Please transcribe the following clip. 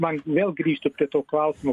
man vėl grįžtu prie to klausimo